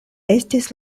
estis